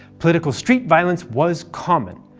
political street violence was common,